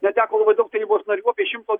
neteko labai daug tarybos narių apie šimto